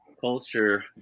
culture